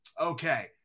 Okay